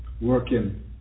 working